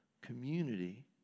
Community